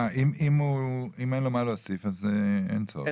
אה, אם אין לו מה להוסיף אז אין צורך.